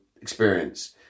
experience